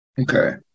Okay